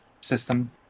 system